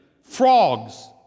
frogs